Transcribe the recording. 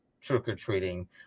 trick-or-treating